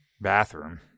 bathroom